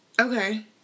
Okay